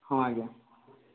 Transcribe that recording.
ହଁ ଆଜ୍ଞା